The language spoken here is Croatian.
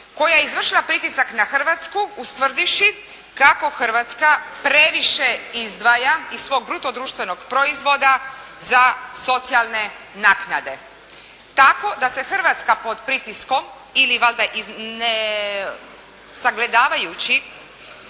koja je izvršila pritisak na Hrvatsku ustvrdivši kako Hrvatska previše izdvaja iz svog bruto društvenog proizvoda za socijalne naknade, tako da se Hrvatska pod pritiskom ili valjda ne sagledavajući